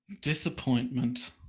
disappointment